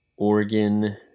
Oregon